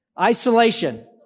Isolation